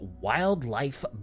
wildlife